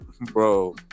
bro